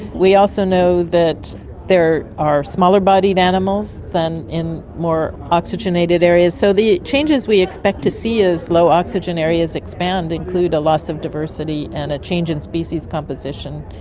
we also know that they are are smaller-bodied animals than in more oxygenated areas. so the changes we expect to see as low oxygen areas expand include a loss of diversity and a change in species composition,